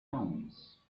tones